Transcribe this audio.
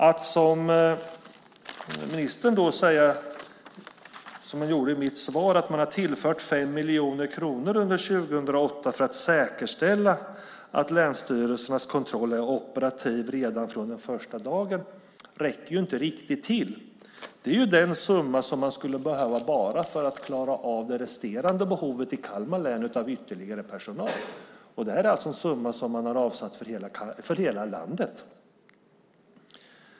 Att som ministern säga, som han gjorde i mitt svar, att man har tillfört 5 miljoner kronor under 2008 för att säkerställa att länsstyrelsernas kontroll är operativ redan från första dagen räcker inte riktigt till. Det är ju den summa som skulle behövas bara för att klara av det resterande behovet av ytterligare personal i Kalmar län. Men det är alltså den summa som har avsatts för hela landet.